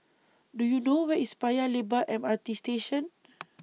Do YOU know Where IS Paya Lebar M R T Station